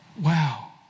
Wow